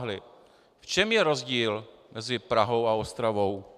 V čem je rozdíl mezi Prahou a Ostravou?